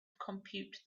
compute